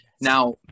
Now